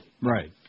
right